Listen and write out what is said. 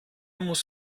muss